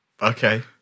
Okay